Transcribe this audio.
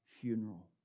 funeral